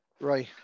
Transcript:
right